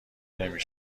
نمی